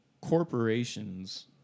corporations